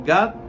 God